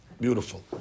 Beautiful